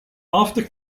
after